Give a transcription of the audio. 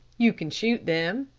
you can shoot them,